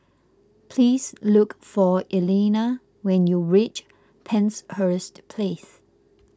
please look for Elena when you reach Penshurst Place